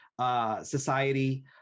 society